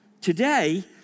Today